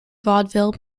vaudeville